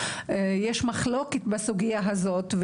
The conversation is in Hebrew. יש מחלוקת בסוגייה הזאת,